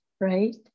right